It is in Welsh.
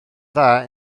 dda